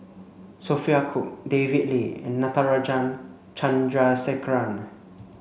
Sophia Cooke David Lee and Natarajan Chandrasekaran